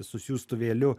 su siųstuvėliu